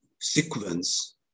sequence